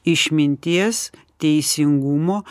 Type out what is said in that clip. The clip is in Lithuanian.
išminties teisingumo